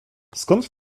skąd